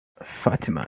fatima